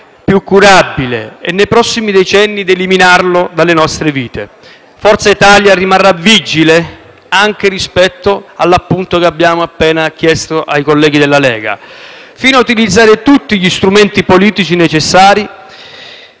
più curabile e, nei prossimi decenni, di eliminarlo dalle nostre vite. Forza Italia rimarrà vigile anche con riferimento a quanto abbiamo appena chiesto ai colleghi della Lega, utilizzando tutti gli strumenti politici necessari